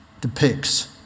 depicts